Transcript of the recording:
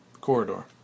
corridor